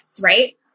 right